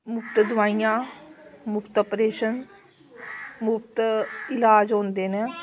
मुफ्त दवाइयां मुफ्त आपरेशन मुफ्त इलाज होंदे न